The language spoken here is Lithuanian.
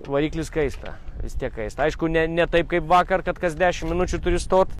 variklis kaista tiek kais aišku ne ne taip kaip vakar kad kas dešim minučių turi stot